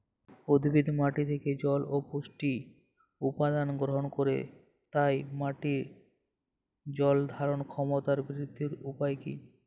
উদ্ভিদ মাটি থেকে জল ও পুষ্টি উপাদান গ্রহণ করে তাই মাটির জল ধারণ ক্ষমতার বৃদ্ধির উপায় কী?